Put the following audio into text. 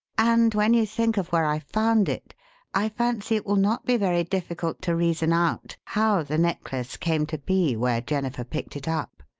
and when you think of where i found it i fancy it will not be very difficult to reason out how the necklace came to be where jennifer picked it up.